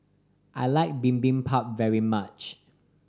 I like Bibimbap very much